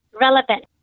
relevant